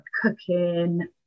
cooking